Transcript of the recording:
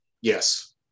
Yes